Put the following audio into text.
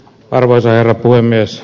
arvoisa herra puhemies